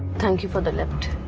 thank you for the lift.